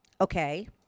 Okay